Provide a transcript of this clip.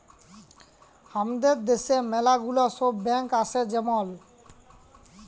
হামাদের দ্যাশে ম্যালা গুলা সব ব্যাঙ্ক আসে যেমল